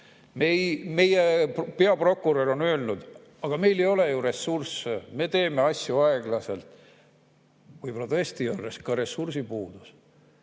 Meie peaprokurör on öelnud: aga meil ei ole ju ressursse, me teeme asju aeglaselt. Võib-olla tõesti on ka ressursipuudus.